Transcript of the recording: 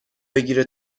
بگیره